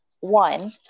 one